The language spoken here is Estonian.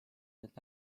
teed